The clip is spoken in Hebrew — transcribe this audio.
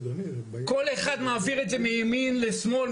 כל אחד מעביר את זה מימין לשמאל,